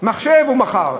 מכר מחשב,